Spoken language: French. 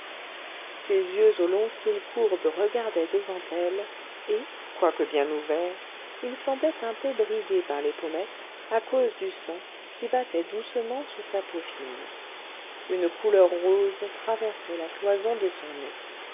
ses yeux aux longs cils courbes regardaient devant elle et quoique bien ouverts ils semblaient un peu bridés par les pommettes à cause du sang qui battait doucement sous sa peau fine une couleur rose traversait la cloison de son nez